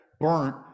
burnt